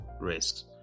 risks